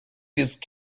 these